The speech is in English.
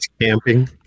camping